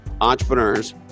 entrepreneurs